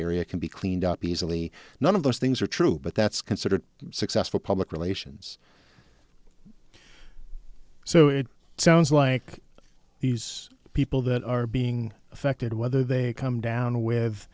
area can be cleaned up easily none of those things are true but that's considered successful public relations so it sounds like these people that are being affected whether they come down with